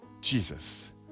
Jesus